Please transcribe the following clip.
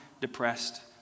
depressed